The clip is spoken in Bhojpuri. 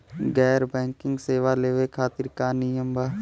गैर बैंकिंग सेवा लेवे खातिर का नियम बा?